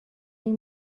این